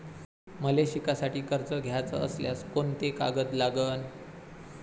मले शिकासाठी कर्ज घ्याचं असल्यास कोंते कागद लागन?